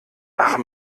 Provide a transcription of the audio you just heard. ach